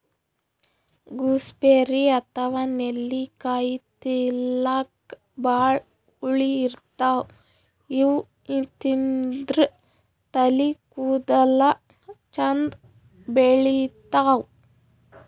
gooseberry ಅಥವಾ ನೆಲ್ಲಿಕಾಯಿ ತಿಲ್ಲಕ್ ಭಾಳ್ ಹುಳಿ ಇರ್ತವ್ ಇವ್ ತಿಂದ್ರ್ ತಲಿ ಕೂದಲ ಚಂದ್ ಬೆಳಿತಾವ್